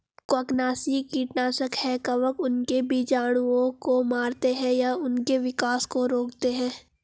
कवकनाशी कीटनाशक है कवक उनके बीजाणुओं को मारते है या उनके विकास को रोकते है